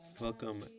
welcome